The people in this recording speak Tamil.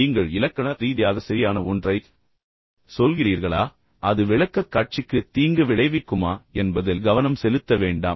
நீங்கள் இலக்கண ரீதியாக சரியான ஒன்றைச் சொல்கிறீர்களா இல்லையா அல்லது அது உங்கள் விளக்கக்காட்சிக்கு தீங்கு விளைவிக்குமா என்பதில் கவனம் செலுத்த வேண்டாம்